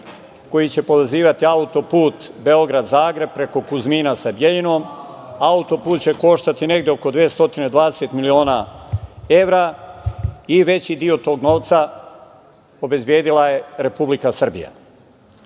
koji će povezivati Auto-put Beograd-Zagreb preko Kuzmina sa Bjeljinom. Auto-put će koštati negde oko 220 miliona evra i veći deo tog novca obezbedila je Republika Srbija. Šta